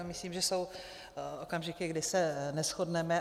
Myslím, že jsou okamžiky, kdy se neshodneme.